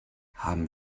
haben